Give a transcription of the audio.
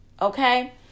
Okay